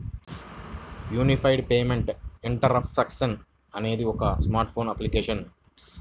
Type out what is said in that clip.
unified payment interface అనేది ఒక smart phone application